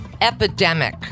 epidemic